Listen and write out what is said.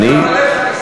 גם אתה.